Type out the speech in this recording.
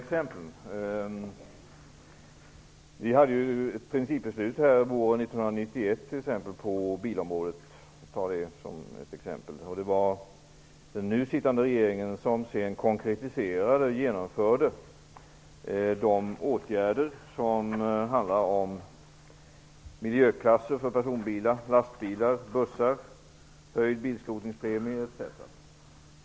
Herr talman! Jag vill gärna gå in på några konkreta exempel. Vi tog t.ex. ett principbeslut våren 1991 på bilområdet. Det var den nu sittande regeringen som sedan konkretiserade och genomförde de åtgärder som handlar om miljöklasser för personbilar, lastbilar och bussar, höjd bilskrotningspremie etc.